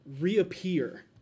reappear